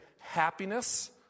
happiness